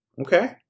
Okay